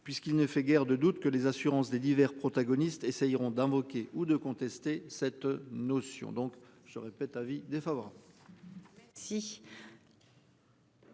puisqu'il ne fait guère de doute que les assurances des divers protagonistes essayeront d'invoquer ou de contester cette notion, donc je répète à vie défaveur.